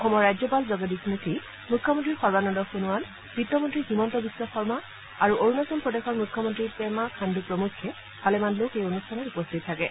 অসমৰ ৰাজ্যপাল জগদীশ মুখী মুখ্যমন্ত্ৰী সৰ্বানন্দ সোণোৱাল বিত্তমন্ত্ৰী হিমন্ত বিশ্ব শৰ্মা আৰু অৰুণাচল প্ৰদেশৰ মুখ্যমন্ত্ৰী পেমা খাণ্ডু প্ৰমুখ্যে ভালেমান লোক এই অনুষ্ঠানত উপস্থিত থাকে